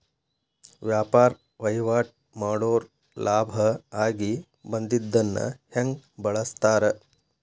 ವ್ಯಾಪಾರ್ ವಹಿವಾಟ್ ಮಾಡೋರ್ ಲಾಭ ಆಗಿ ಬಂದಿದ್ದನ್ನ ಹೆಂಗ್ ಬಳಸ್ತಾರ